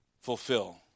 fulfill